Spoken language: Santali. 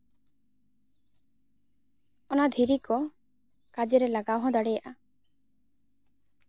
ᱚᱱᱟ ᱫᱷᱤᱨᱤ ᱠᱚ ᱠᱟᱡᱮᱨᱮ ᱞᱟᱜᱟᱣ ᱦᱚᱸ ᱫᱟᱲᱮᱭᱟᱜᱼᱟ